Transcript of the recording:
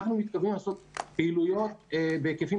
אנחנו מתכוונים לעשות פעילויות בהיקפים